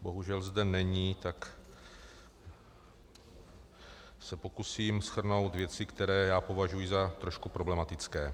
Bohužel zde není, tak se pokusím shrnout věci, které já považuji za trošku problematické.